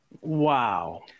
wow